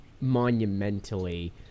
monumentally